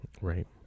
Right